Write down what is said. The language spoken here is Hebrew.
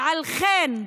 ועל כן,